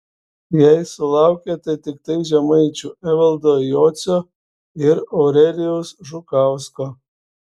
jei sulaukė tai tiktai žemaičių evaldo jocio ir eurelijaus žukausko